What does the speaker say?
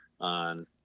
on